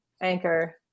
anchor